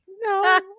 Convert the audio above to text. no